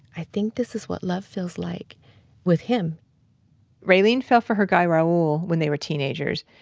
i think this is what love feels like with him raylene fell for her guy, raul, when they were teenagers.